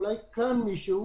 אולי כאן מישהו